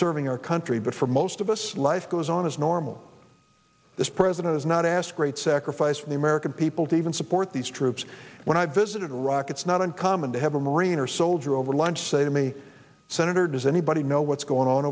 serving our country but for most of us life goes on as normal this president has not asked great sacrifice from the american people to even support these troops when i visited iraq it's not uncommon to have a marine or soldier over lunch say to me senator does anybody know what's going on